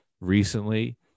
recently